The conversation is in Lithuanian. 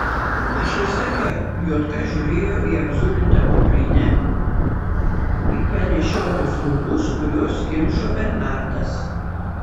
aš ir sakiau juodka žiūrėjo į apzulintą kuprinę į panešiotus rūbus kuriuos kimšo bernardas